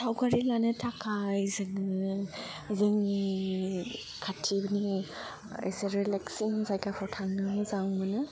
सावगारि लानो थाखाय जोङो जोंनि खाथिनि एसे रिलेकसिं जायगाफ्राव थाङो मोजां मोनो